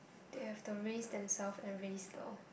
they have to raise themself and raise the